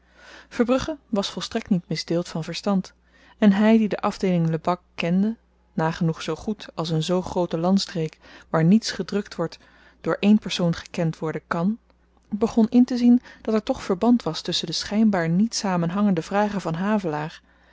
verbrugge was volstrekt niet misdeeld van verstand en hy die de afdeeling lebak kende nagenoeg zoo goed als een zoo groote landstreek waar niets gedrukt wordt door één persoon gekend worden kàn begon intezien dat er toch verband was tusschen de schynbaar niet samenhangende vragen van havelaar